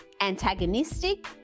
antagonistic